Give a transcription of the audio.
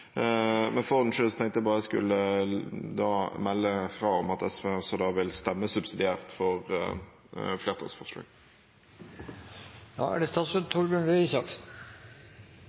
Men for ordens skyld tenkte jeg bare jeg skulle melde fra om at SV også vil stemme subsidiært for